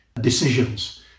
decisions